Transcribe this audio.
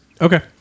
Okay